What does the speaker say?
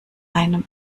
einem